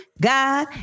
God